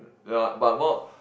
no ya but more